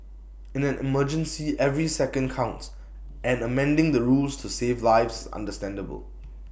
in an emergency every second counts and amending the rules to save lives is understandable